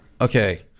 Okay